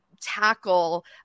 tackle